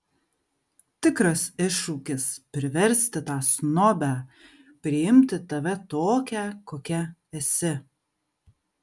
tikras iššūkis priversti tą snobę priimti tave tokią kokia esi